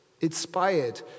Inspired